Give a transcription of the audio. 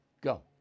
Go